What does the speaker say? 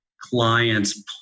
clients